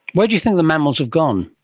where do you think the mammals have gone?